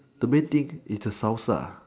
the main thing is the salsa